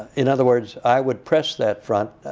in other words, i would press that front